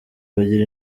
bagira